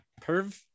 Perv